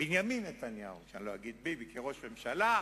בנימין נתניהו, אני לא אגיד "ביבי" כראש ממשלה,